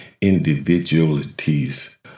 individualities